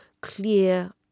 clear